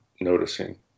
noticing